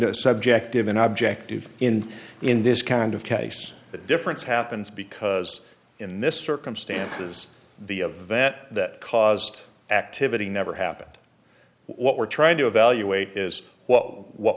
a subjective and objective in in this kind of case the difference happens because in this circumstances the a vet that caused activity never happened what we're trying to evaluate is well what